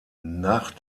nach